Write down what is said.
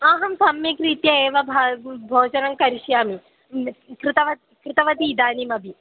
अहं सम्यक्रीत्या एव भा भोजनं करिष्यामि कृतवत् कृतवती इदानीम् अपि